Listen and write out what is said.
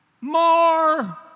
more